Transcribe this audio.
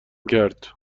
کرد